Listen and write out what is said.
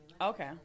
Okay